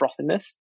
frothiness